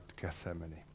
Gethsemane